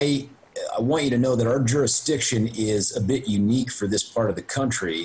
תחום השיפוט שלנו מיוחד בחלק זה של המדינה,